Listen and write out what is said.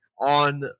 on